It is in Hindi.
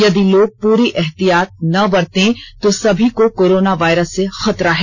यदि लोग पूरी एहतियात ना बरतें तो सभी को कोराना वायरस से खतरा है